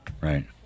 right